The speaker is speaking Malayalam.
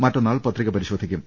മറ്റുന്നാൾ പത്രിക പരിശോധിക്കും